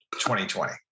2020